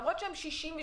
למרות שהם 66%,